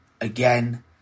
again